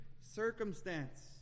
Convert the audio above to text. circumstance